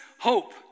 hope